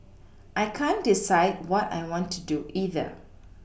I can't decide what I want to do either